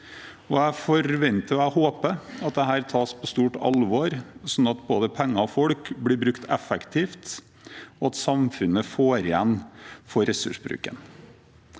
Jeg forventer og håper at dette tas på stort alvor, slik at både penger og folk blir brukt effektivt, og at samfunnet får igjen for ressursbruken.